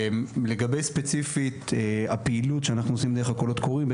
לגבי ספציפית הפעילות שאנחנו עושים דרך הקולות קוראים,